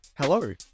Hello